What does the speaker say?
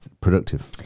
productive